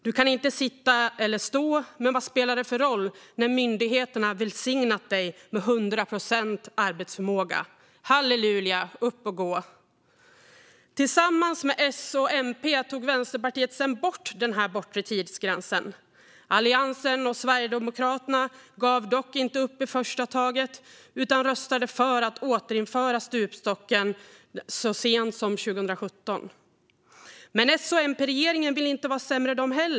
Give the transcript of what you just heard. Du kan inte sitta eller stå, men vad spelar det för roll när myndigheterna välsignat dig med 100 procents arbetsförmåga? Halleluja, upp och gå! Tillsammans med S och MP tog Vänsterpartiet sedan bort den bortre tidsgränsen. Alliansen och Sverigedemokraterna gav dock inte upp i första taget utan röstade för att återinföra stupstocken så sent som 2017. Men SMP-regeringen ville inte vara sämre.